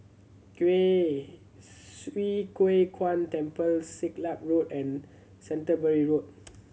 Kwee Swee Kui Kuan Temple Siglap Road and Canterbury Road